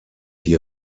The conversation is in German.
die